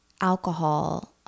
alcohol